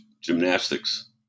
gymnastics